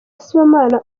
sibomana